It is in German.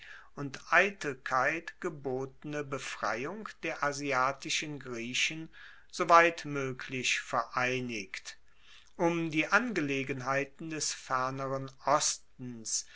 und eitelkeit gebotene befreiung der asiatischen griechen soweit moeglich vereinigt um die angelegenheiten des ferneren ostens